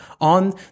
on